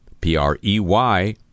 P-R-E-Y